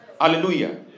Hallelujah